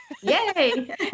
Yay